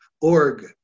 Org